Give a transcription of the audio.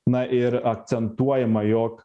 na ir akcentuojama jog